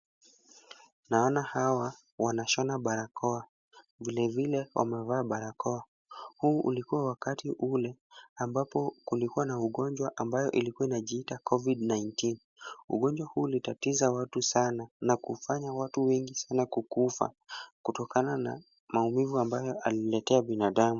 Naona hawa wanashona barakoa. Vilevile wamevaa barakoa. Huu ulikua wakati ule ambapo kulikua na ugonjwa ambayo ilikuwa inajiita covid-19 .Ugonjwa huu ulitatiza watu sana na kufanya watu wengi sana kukufa kutokana na maumivu ambayo aliletea binadamu.